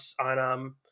on, –